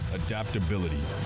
adaptability